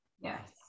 yes